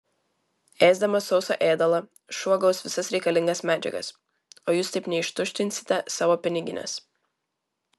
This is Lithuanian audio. ėsdamas sausą ėdalą šuo gaus visas reikalingas medžiagas o jūs taip neištuštinsite savo piniginės